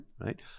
right